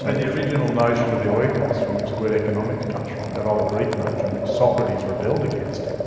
like the original notion of the oikos, from which the word economics comes from, that old greek notion which socrates rebelled against,